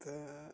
تہٕ